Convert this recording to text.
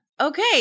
Okay